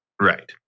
Right